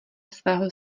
svého